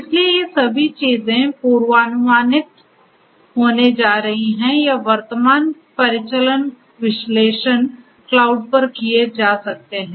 इसलिए ये सभी चीजें पूर्वानुमानित होने जा रही हैं या वर्तमान परिचालन विश्लेषण क्लाउड पर किए जा सकते हैं